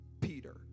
Peter